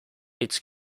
its